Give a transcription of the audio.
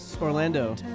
Orlando